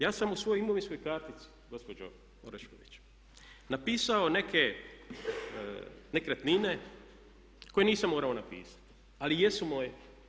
Ja sam u svojoj imovinskoj kartici gospođo Orešković napisao neke nekretnine koje nisam morao napisati, ali jesu moje.